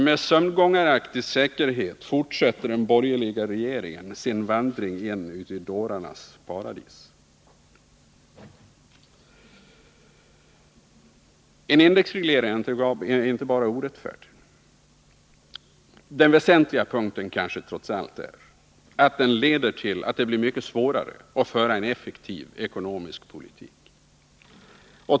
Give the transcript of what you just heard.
Med sömngångaraktig säkerhet fortsätter den borgerliga regeringen sin vandring in i dårarnas paradis. En indexreglering är inte bara orättfärdig. Det väsentliga är kanske trots allt att en indexreglering av skatteskalorna försvårar förandet av en effektiv ekonomisk politik.